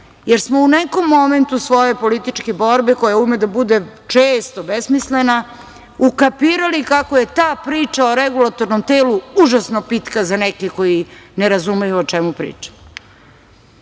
jer smo u nekom momentu svoje političke borbe koja ume da bude često besmislena ukapirali kako je ta priča o Regulatornom telu užasno pitka za neke koji ne razumeju o čemu pričam. Onda